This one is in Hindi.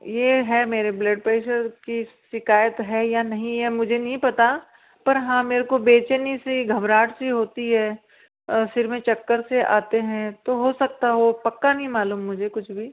ये है मेरे ब्लड प्रेशर की शिकायत है या नहीं है मुझे नहीं पता पर हाँ मेरे को बेचैनी सी घबराहट सी होती है सिर में चक्कर से आते हैं तो हो सकता हो पक्का नहीं मालूम मुझे कुछ भी